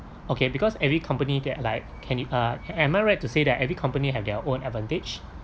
okay because every company that like can y~ ah am I right to say that every company have their own advantage